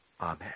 Amen